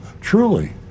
truly